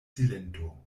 silento